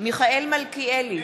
מיכאל מלכיאלי,